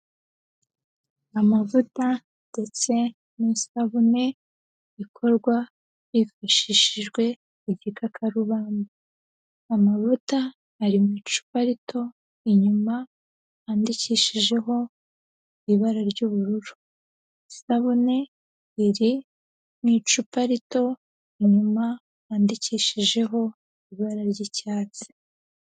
Amavuta ndetse n'isabune ikorwa hifashishijwe igikakarubamba, amavuta ari mu icupa rito inyuma handikishijeho ibara ry'ubururu, isabune iri mu icupa rito inyuma handikishijeho ibara ry'icyatsi.